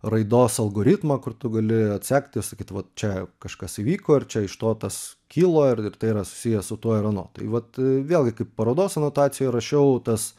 raidos algoritmą kur tu gali atsekti sakyt va čia kažkas įvyko ir čia iš to tas kilo ir tai yra susiję su tuo ir anuo tai vat vėlgi kaip parodos anotacijoje rašiau tas